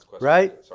Right